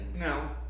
No